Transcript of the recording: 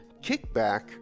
Kickback